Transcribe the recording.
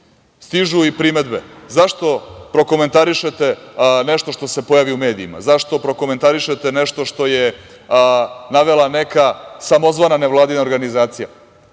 stižu i primedbe zašto prokomentarišete nešto što se pojavi u medijima. Zašto prokomentarišete nešto što je navela neka samozvana nevladina organizacija,